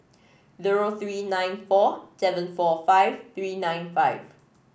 zero three nine four seven four five three nine five